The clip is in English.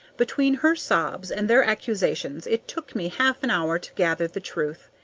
between her sobs and their accusations it took me half an hour to gather the truth.